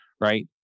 right